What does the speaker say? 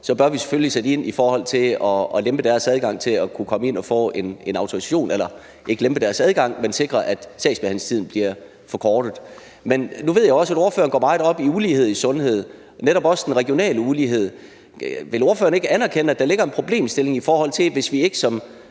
bør vi selvfølgelig sætte ind i forhold til at lempe deres adgang til at kunne komme ind og få en autorisation – eller ikke lempe deres adgang, men sikre, at sagsbehandlingstiden bliver forkortet. Nu ved jeg også, at ordføreren går meget op i ulighed i sundhed, netop også den regionale ulighed. Vil ordføreren ikke anerkende, at der ligger en problemstilling i det, for hvis ikke vi